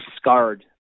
scarred